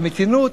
במתינות?